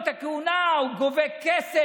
את הטיפול בכל נושא